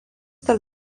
tarp